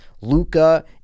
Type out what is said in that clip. Luca